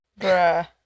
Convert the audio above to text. Bruh